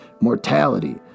mortality